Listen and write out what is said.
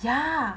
ya